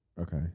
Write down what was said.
Okay